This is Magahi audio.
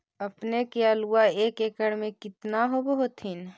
अपने के आलुआ एक एकड़ मे कितना होब होत्थिन?